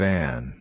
Van